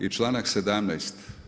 I članak 17.